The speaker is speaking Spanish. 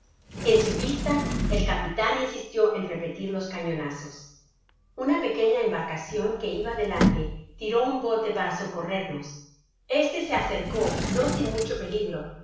en su vista el capitan insistió en repetir los cañonazos una pequeña embarcacion que iba delante tiró un bote para socorrernos este se acercó no sin mucho peligro